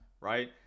right